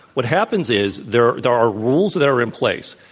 what happens is there are there are rules that are in place.